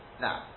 Now